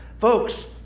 Folks